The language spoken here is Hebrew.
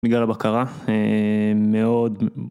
בגלל הבקרה אאא מאוד.